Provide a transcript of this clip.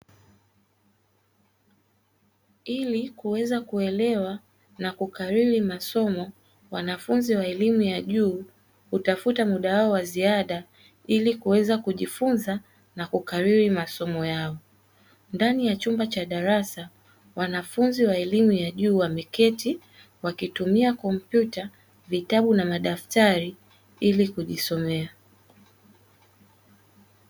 Ili kuweza kuelewa na kukalili masomo, wanafunzi wa elimu ya juu hutafuta muda wao wa ziada ili kuweza kujifunza na kukalili masomo yao, ndani ya chumba cha darasa wanafunzi wa elimu ya juu wameketi, wakitumia kompyuta vitabu na madaftali ili kujisomea.